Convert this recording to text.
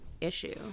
issue